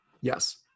Yes